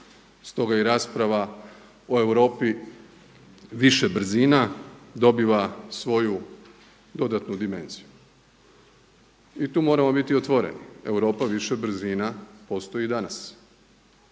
Stoga i rasprava o Europi više brzina dobiva svoju dodatnu dimenziju i tu moramo biti otvoreni. Europa više brzina postoji i danas.